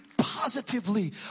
positively